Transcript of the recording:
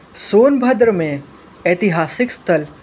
सोनभद्र मे ऐतिहासिक स्थल